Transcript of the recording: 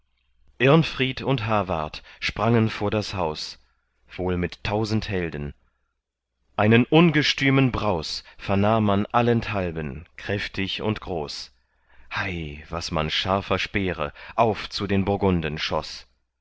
irnfried und hawart sprangen vor das haus wohl mit tausend helden einen ungestümen braus vernahm man allenthalben kräftig und groß hei was man scharfer speere auf zu den burgunden schoß